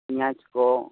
ᱯᱮᱭᱟᱡ ᱠᱚ